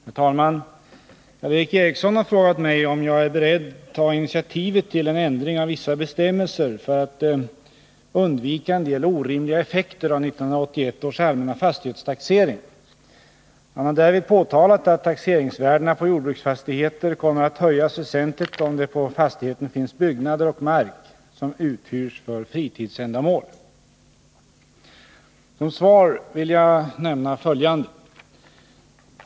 Herr talman! Karl Erik Eriksson har frågat mig om jag är beredd ta initiativet till en ändring av vissa bestämmelser för att undvika en del orimliga effekter av 1981 års allmänna fastighetstaxering. Han har därvid påtalat att taxeringsvärdena på jordbruksfastigheter kommer att höjas väsentligt om det på fastigheten finns byggnader och mark som uthyrs för fritidsändamål. Som svar vill jag nämna följande.